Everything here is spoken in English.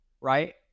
right